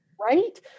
Right